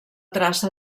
traça